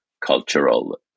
cultural